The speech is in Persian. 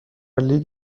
لیگ